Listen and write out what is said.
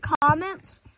comments